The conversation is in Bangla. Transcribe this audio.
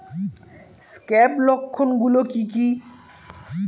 স্ক্যাব লক্ষণ গুলো কি কি?